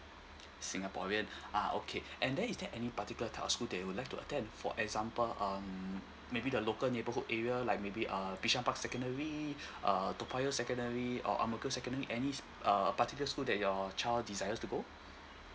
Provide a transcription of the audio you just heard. singaporean ah okay and then is there any particular type of school they would like to attend for example um maybe the local neighborhood area like maybe uh bishan park secondary uh toa payoh secondary or ang mo kio secondary any s~ uh particular school that your child decided to go